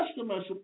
Customers